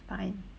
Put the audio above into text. fine